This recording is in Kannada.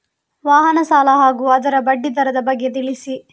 ವಾಹನ ಸಾಲ ಹಾಗೂ ಅದರ ಬಡ್ಡಿ ದರದ ಬಗ್ಗೆ ತಿಳಿಸಿ?